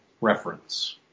reference